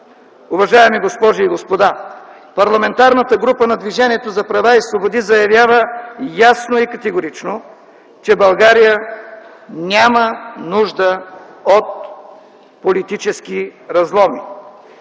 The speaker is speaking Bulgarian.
Уважаеми госпожи и господа, Парламентарната група на Движението за права и свободи заявява ясно и категорично, че България няма нужда от политически разломи.